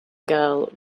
girl